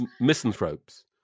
misanthropes